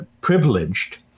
privileged